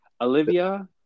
Olivia